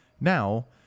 Now